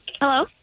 Hello